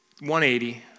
180